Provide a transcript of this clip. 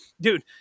dude